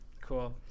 Cool